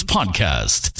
Podcast